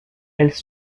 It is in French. elles